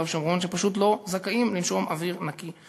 ושומרון ופשוט לא זכאים לנשום אוויר נקי.